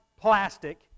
plastic